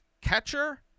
catcher